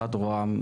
משרד ראש הממשלה,